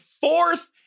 fourth